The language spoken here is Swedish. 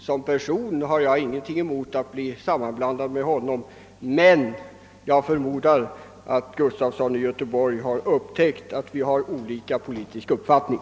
Som person har jag ingenting emot att bli förväxlad med honom, men jag förmodar att herr Gustafson i Göteborg har upptäckt att vi båda har olika politisk uppfattning.